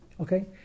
Okay